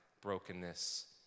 brokenness